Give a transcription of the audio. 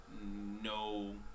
no